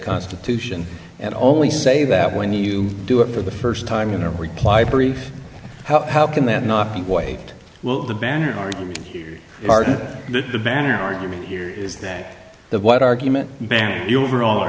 constitution and only say that when you do it for the st time in a reply brief how can that not be white well the banner argument here the banner argument here is that the what argument you are on